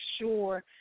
sure